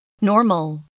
Normal